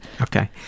Okay